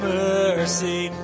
mercy